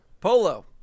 Polo